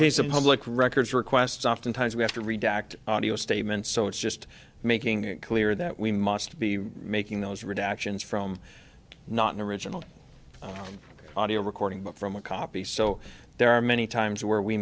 case a public records request oftentimes we have to retract audio statements so it's just making it clear that we must be making those redactions from not an original audio recording but from a copy so there are many times where we